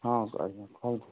ହଁ ଆଜ୍ଞା କହନ୍ତୁ